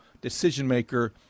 decision-maker